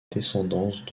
descendance